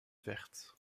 verte